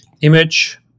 image